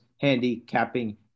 handicapping